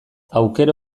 aukera